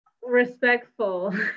respectful